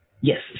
Yes